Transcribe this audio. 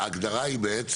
(היו"ר יעקב אשר) ההגדרה היא בעצם,